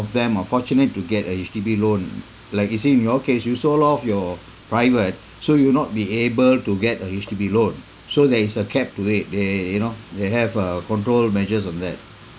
them are fortunate to get a H_D_B loan like you see in your case you sold off your private so you'll not be able to get a H_D_B loan so there is a cap to it they you know they have a control measures on that